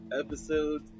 episode